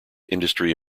industry